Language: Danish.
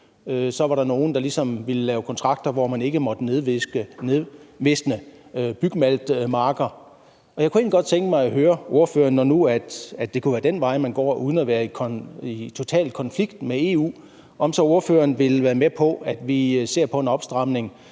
Så var der nogle, der ligesom ville lave kontrakter om, at man ikke måtte nedvisne bygmaltmarker. Jeg kunne egentlig godt tænke mig at høre ordføreren om noget, når nu det kunne være den vej, man går, uden at være i total konflikt med EU: Vil ordføreren så være med på, at vi ser på en opstramning,